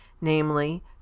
namely